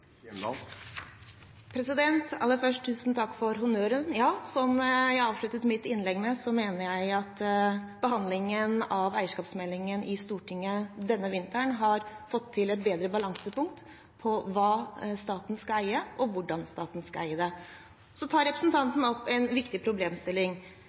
Aller først vil jeg si tusen takk for honnøren. Som jeg avsluttet mitt innlegg med, mener jeg at behandlingen av eierskapsmeldingen i Stortinget denne vinteren har fått til et bedre balansepunkt for hva staten skal eie, og hvordan staten skal eie det. Representanten Juliussen tar opp en viktig problemstilling: